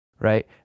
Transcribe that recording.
right